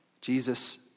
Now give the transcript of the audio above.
Jesus